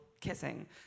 kissing